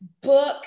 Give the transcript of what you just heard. book